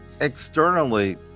externally